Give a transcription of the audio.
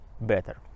better